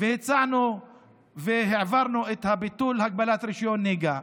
והצענו והעברנו את ביטול הגבלת רישיון נהיגה.